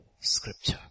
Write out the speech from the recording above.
scripture